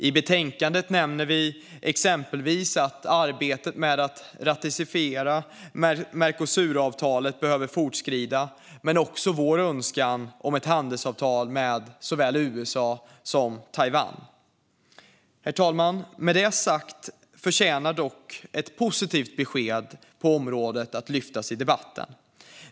I betänkandet nämner vi exempelvis att arbetet med att ratificera Mercosuravtalet behöver fortskrida, men också vår önskan om handelsavtal med såväl USA som Taiwan. Herr talman! Med detta sagt förtjänar dock ett positivt besked på området att lyftas i debatten.